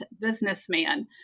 businessman